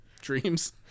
dreams